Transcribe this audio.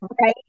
Right